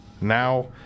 now